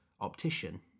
optician